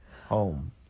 home